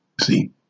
See